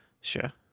Sure